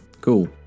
cool